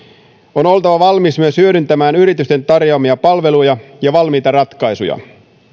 on oltava valmis myös hyödyntämään yritysten tarjoamia palveluja ja valmiita ratkaisuja